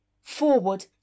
Forward